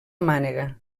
mànega